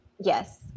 Yes